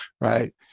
right